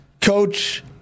Coach